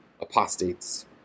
apostates